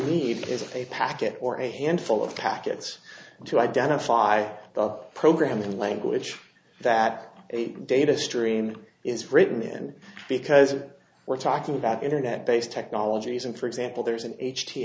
need is a packet or a and full of packets to identify the programming language that data stream is written in because we're talking about internet based technologies and for example there's an h t